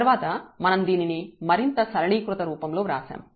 తర్వాత మనం దీనిని మరింత సరళీకృత రూపంలో వ్రాశాము